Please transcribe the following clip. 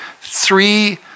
three